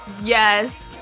Yes